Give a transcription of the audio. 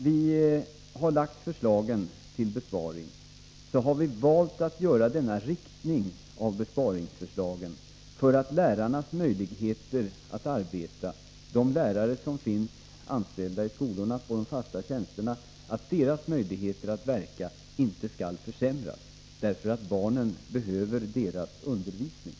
Vi har valt inriktningen av besparingsförslagen med tanke på att möjligheterna för de lärare som är anställda på de fasta tjänsterna i skolorna att verka inte skall försämras. Barnen behöver ju deras undervisning.